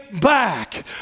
back